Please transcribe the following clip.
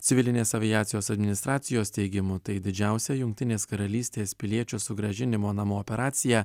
civilinės aviacijos administracijos teigimu tai didžiausia jungtinės karalystės piliečių sugrąžinimo namo operacija